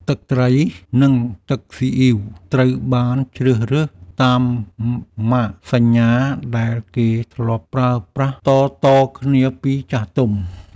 ទឹកត្រី និងទឹកស៊ីអ៊ីវត្រូវបានជ្រើសរើសតាមម៉ាកសញ្ញាដែលគេធ្លាប់ប្រើប្រាស់តៗគ្នាពីចាស់ទុំ។